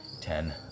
Ten